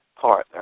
partner